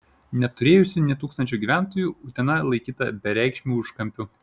neturėjusi nė tūkstančio gyventojų utena laikyta bereikšmiu užkampiu